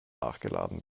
nachgeladen